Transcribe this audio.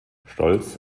stolz